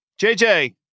JJ